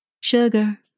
Sugar